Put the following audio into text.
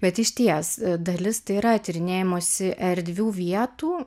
bet išties dalis tai yra tyrinėjamosi erdvių vietų